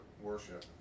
worship